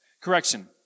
Correction